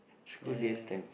and